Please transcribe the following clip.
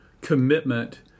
commitment